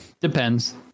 depends